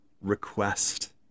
request